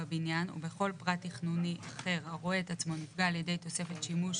בבניין או בכל פרט תכנוני אחר הרואה את עצמו נפגע על ידי תוספת שימוש